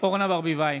אורנה ברביבאי,